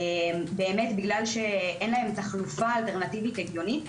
בגלל שאין להם חלופה אלטרנטיבית הגיונית.